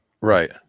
Right